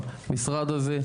המשרד הזה,